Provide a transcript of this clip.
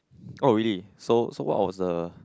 oh really so so what was a